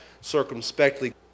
circumspectly